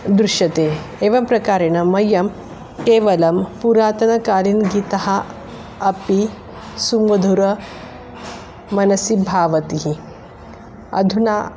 दृश्यते एवं प्रकारेण मह्यं केवलं पुरातनकालीनगीतम् अपि सुमधुरं मनसि भावयति अधुना